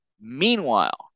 meanwhile